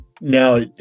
now